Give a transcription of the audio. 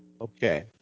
Okay